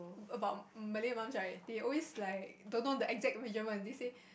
about Malay mums right they always like don't know the exact measurement they say